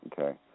okay